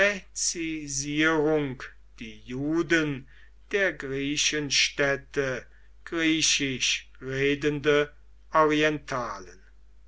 die juden der griechenstädte griechisch redende orientalen